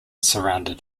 surrounded